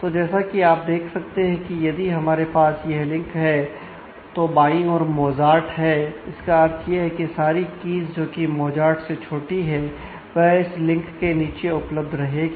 तो जैसा कि आप देख सकते हैं यदि हमारे पास यह लिंक है तो बांई और मोजार्ट जोकि मोजार्ट से छोटी है वह इस लिंक के नीचे उपलब्ध रहेंगी